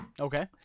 Okay